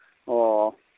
ꯑꯣ